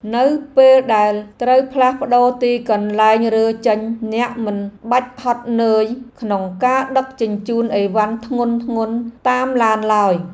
នៅពេលដែលត្រូវផ្លាស់ប្ដូរទីកន្លែងរើចេញអ្នកមិនបាច់ហត់នឿយក្នុងការដឹកជញ្ជូនអីវ៉ាន់ធ្ងន់ៗតាមឡានឡើយ។